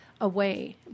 away